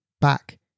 back